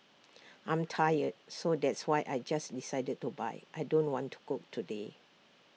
I'm tired so that's why I just decided to buy I don't want to cook today